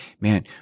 man